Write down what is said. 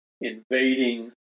invading